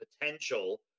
potential